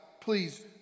please